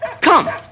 come